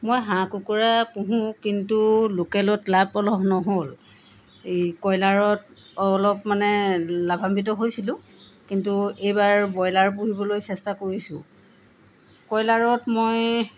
মই হাঁহ কুকুৰা পোহোঁ কিন্তু লোকেলত লাভ অলপ নহ'ল এই কয়লাৰত অলপ মানে লাভাম্বিত হৈছিলোঁ কিন্তু এইবাৰ ব্ৰইলাৰ পুহিবলৈ চেষ্টা কৰিছোঁ কয়লাৰত মই